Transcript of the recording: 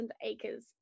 acres